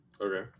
Okay